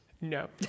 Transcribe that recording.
no